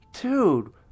Dude